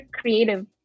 creative